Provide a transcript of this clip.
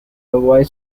uruguaya